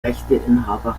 rechteinhaber